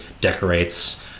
decorates